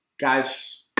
Guys